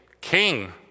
king